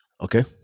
Okay